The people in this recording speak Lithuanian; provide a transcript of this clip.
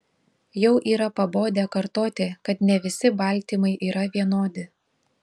jau yra pabodę kartoti kad ne visi baltymai yra vienodi